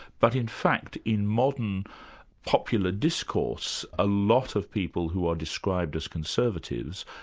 but in fact in modern popular discourse, a lot of people who are described as conservatives,